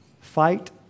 fight